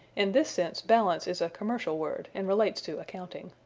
in this sense balance is a commercial word, and relates to accounting.